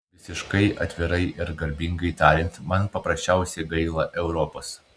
visiškai atvirai ir garbingai tariant man paprasčiausiai gaila europos